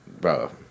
bro